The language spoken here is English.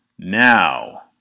Now